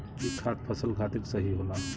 ई खाद फसल खातिर सही होला